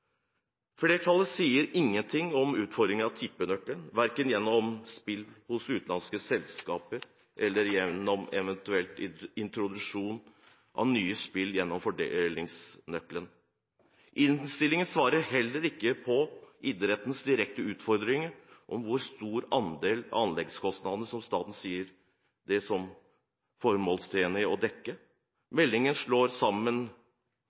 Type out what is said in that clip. Flertallet sier ingenting om utfordringer for tippenøkkelen, verken gjennom spill hos utenlandske selskaper eller gjennom eventuell introduksjon av nye spill gjennom fordelingsnøkkelen. Innstillingen svarer heller ikke på idrettens direkte utfordring: hvor stor andel av anleggskostnadene som staten ser det formålstjenlig å dekke. I meldingen ønsker man å slå sammen